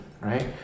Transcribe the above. right